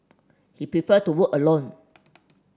he prefer to work alone